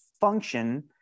function